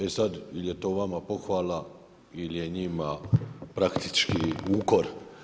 E sada ili je to vama pohvala ili je njima praktički ukor.